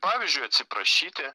pavyzdžiui atsiprašyti